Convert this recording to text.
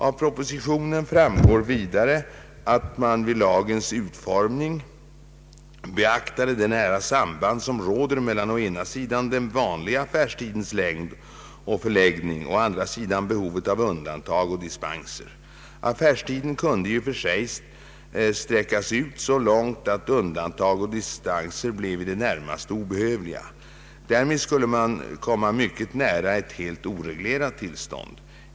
Av propositionen framgår vidare, att man vid lagens utformning beaktade det nära samband som råder mellan å ena sidan den vanliga affärstidens längd och förläggning och å andra sidan behovet av undantag och dispenser. Affärstiden kunde i och för sig sträckas ut så långt att undantag och dispenser blev i det närmaste obehövliga. Därmed skulle man komma mycket nära ett helt oreglerat tillstånd.